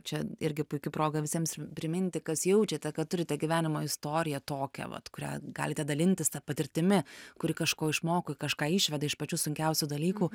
čia irgi puiki proga visiems priminti kas jaučiate kad turite gyvenimo istoriją tokią vat kurią galite dalintis ta patirtimi kuri kažko išmoko kažką išveda iš pačių sunkiausių dalykų